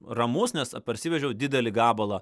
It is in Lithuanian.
ramus nes parsivežiau didelį gabalą